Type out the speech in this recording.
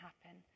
happen